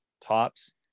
tops